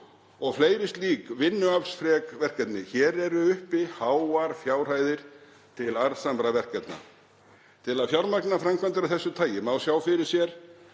og fleiri slík vinnuaflsfrek verkefni. Hér eru uppi háar fjárhæðir til arðsamra verkefna. Til að fjármagna framkvæmdir af þessu tagi má sjá fyrir sér